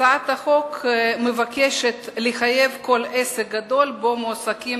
הצעת החוק מבקשת לחייב כל עסק גדול שבו מועסקים